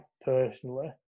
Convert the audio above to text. personally